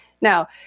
Now